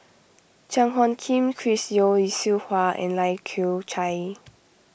Cheang Hong Kim Chris Yeo Siew Hua and Lai Kew Chai